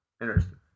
Interesting